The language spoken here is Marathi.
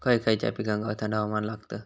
खय खयच्या पिकांका थंड हवामान लागतं?